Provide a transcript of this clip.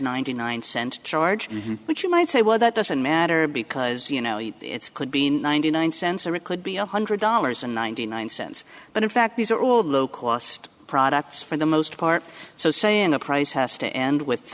ninety nine cent charge in which you might say well that doesn't matter because you know it's could be ninety nine cents or it could be a hundred dollars and ninety nine cents but in fact these are all the cost products for the most part so saying a price has to end with